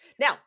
Now